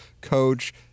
coach